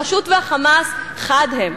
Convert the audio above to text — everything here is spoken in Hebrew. הרשות וה"חמאס" חד הם.